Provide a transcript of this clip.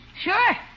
Sure